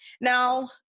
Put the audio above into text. now